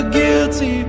guilty